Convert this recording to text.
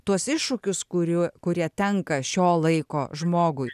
tuos iššūkius kurie kuria tenka šio laiko žmogui